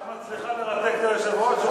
את מצליחה לרתק את היושב-ראש.